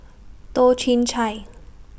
Toh Chin Chye